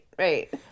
Right